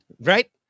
Right